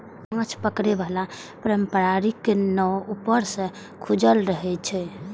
माछ पकड़े बला पारंपरिक नाव ऊपर सं खुजल रहै छै